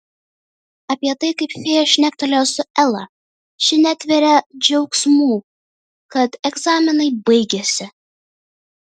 apie tai kaip fėja šnektelėjo su ela ši netveria džiaugsmu kad egzaminai baigėsi